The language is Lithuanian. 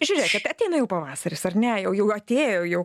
žiūrėkit ateina jau pavasaris ar ne jau jau atėjo jau